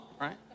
right